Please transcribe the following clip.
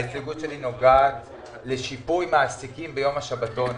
ההסתייגות שלי נוגעת לשיפוי מעסיקים ביום השבתון.